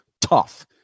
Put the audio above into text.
Tough